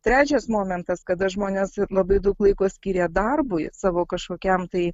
trečias momentas kada žmonės labai daug laiko skiria darbui savo kažkokiam tai